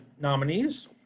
nominees